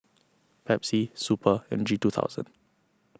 Pepsi Super and G two thousand